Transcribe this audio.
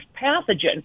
pathogen